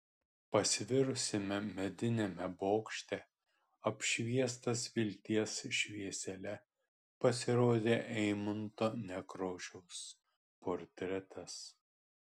pasvirusiame mediniame bokšte apšviestas vilties šviesele pasirodė eimunto nekrošiaus portretas